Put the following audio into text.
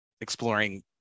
exploring